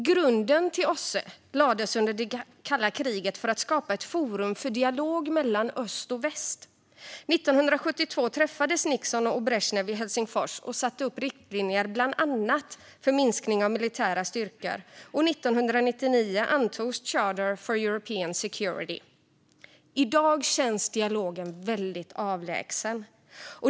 Grunden till OSSE lades under det kalla kriget för att skapa ett forum för dialog mellan öst och väst. År 1972 träffades Nixon och Brezjnev i Helsingfors och satte upp riktlinjer om bland annat minskning av militära styrkor. År 1999 antogs Charter for European Security. I dag känns dialogen väldigt avlägsen.